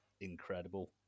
incredible